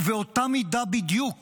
ובאותה מידה בדיוק